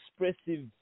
expressive